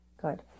Good